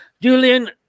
Julian